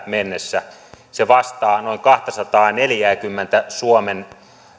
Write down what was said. mennessä se vastaa noin kahtasataaneljääkymmentä suomen